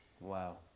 Wow